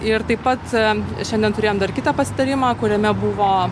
ir taip pat šiandien turėjom dar kitą pasitarimą kuriame buvo